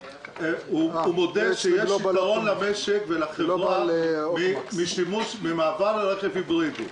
הוא מודה שיש יתרון למשק ולחברה ממעבר לשימוש ברכב היברידי.